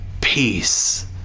Peace